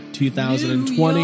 2020